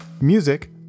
Music